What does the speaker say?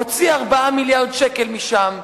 הוציא 4 מיליארד שקל משם,